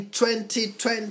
2020